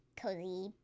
cozy